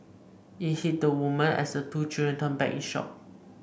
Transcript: it hit the woman as the two children turned back in shock